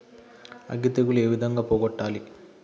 అగ్గి తెగులు ఏ విధంగా పోగొట్టాలి?